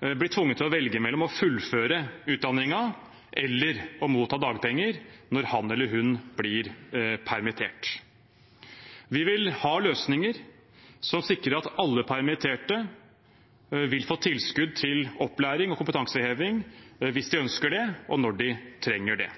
blir tvunget til velge mellom å fullføre utdanningen og å motta dagpenger når han eller hun blir permittert. Vi vil ha løsninger som sikrer at alle permitterte vil få tilskudd til opplæring og kompetanseheving hvis de ønsker det, og når de trenger det.